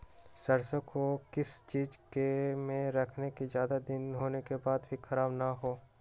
सरसो को किस चीज में रखे की ज्यादा दिन होने के बाद भी ख़राब ना हो?